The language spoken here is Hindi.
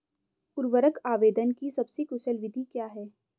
उर्वरक आवेदन की सबसे कुशल विधि क्या है?